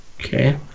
Okay